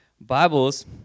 Bibles